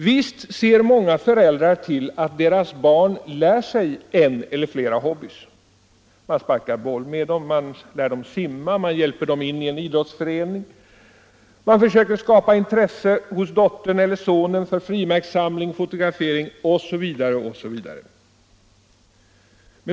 Visst ser många föräldrar till att deras barn lär sig en eller flera hobbyer. Man lär dem att sparka boll och att simma, man hjälper dem in i en idrottsförening, man försöker skapa intresse hos dottern eller sonen för frimärkssamlande, fotografering osv.